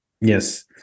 yes